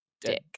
dick